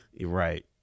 Right